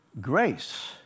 grace